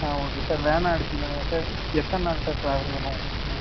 ஆ okay sir வேனாக எடுத்துக்கோங்க sir எத்தனை நாள் சார் ட்ராவல் வேணும்